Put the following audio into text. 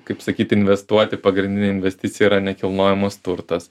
kaip sakyt investuoti pagrindinė investicija yra nekilnojamas turtas